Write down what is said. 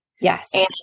Yes